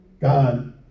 God